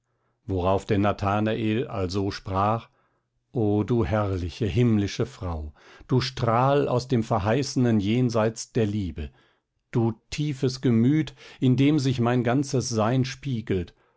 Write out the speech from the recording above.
worauf denn nathanael also sprach o du herrliche himmlische frau du strahl aus dem verheißenen jenseits der liebe du tiefes gemüt in dem sich mein ganzes sein spiegelt